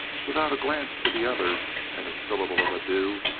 without a glance to the others and a syllable of adieu,